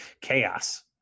chaos